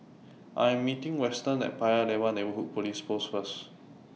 I Am meeting Weston At Paya Lebar Neighbourhood Police Post First